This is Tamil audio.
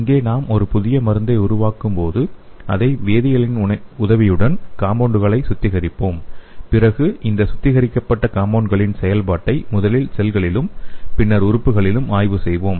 இங்கே நாம் ஒரு புதிய மருந்தை உருவாக்கும் போது அதை வேதியியலின் உதவியுடன் காம்பவுண்ட்களை சுத்திகரிப்போம் பிறகு இந்த சுத்திகரிக்கப்பட்ட காம்பவுண்ட்களின் செயல்பாட்டை முதலில் செல்களிலும் பின்னர் உறுப்புகளிலும் ஆய்வு செய்வோம்